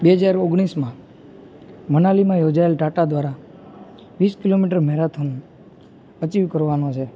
બે હજાર ઓગણીસમાં મનાલીમાં યોજાયેલ ટાટા દ્વારા વીસ કિલોમીટર મેરેથોન અચિવ કરવાનો છે